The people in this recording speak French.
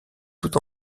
tout